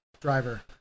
driver